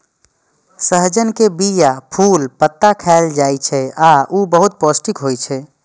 सहजन के बीया, फूल, पत्ता खाएल जाइ छै आ ऊ बहुत पौष्टिक होइ छै